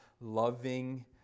loving